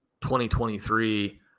2023